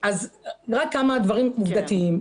כמה דברים עובדתיים.